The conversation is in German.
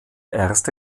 erste